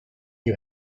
you